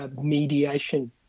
mediation